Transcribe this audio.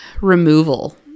Removal